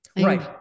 Right